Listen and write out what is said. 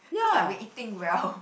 cause I been eating well